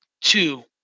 Two